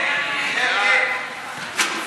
ההסתייגות (20)